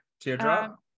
Teardrop